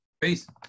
Peace